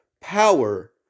power